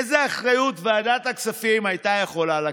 איזו אחריות ועדת הכספים הייתה יכולה לקחת?